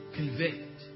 convict